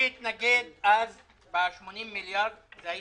אתם אלה שהתנגדתם אז ב-80 מיליארד - האוצר.